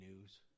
news